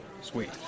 Sweet